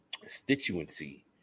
constituency